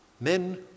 Men